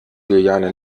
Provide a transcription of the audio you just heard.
juliane